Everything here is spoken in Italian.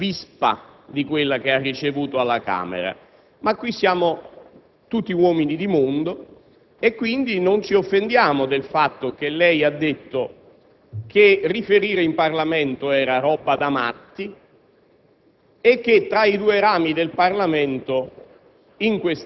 stamattina avrebbe dovuto trovare un'accoglienza più vispa di quella che ha ricevuto alla Camera dei deputati. Ma qui siamo tutti uomini di mondo e non ci offendiamo quindi del fatto che lei ha detto che riferire in Parlamento era roba da matti